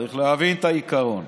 צריך להבין את העיקרון.